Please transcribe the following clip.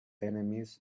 enemies